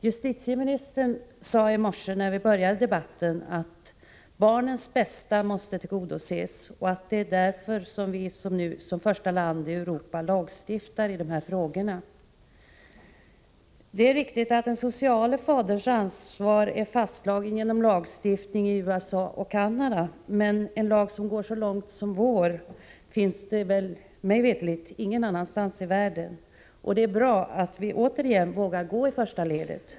Justitieministern sade i morse, när vi började debatten, att vi måste ha barnens bästa för ögonen och att det är därför som vi nu, som första land i Europa, lagstiftar i dessa frågor. Det är riktigt att den sociale faderns ansvar är fastslagen genom lagstiftning i USA och Canada, men en lag som går så långt som vår finns mig veterligen ingen annanstans i världen. Det är bra att vi återigen vågar gå i första ledet.